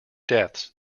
deaths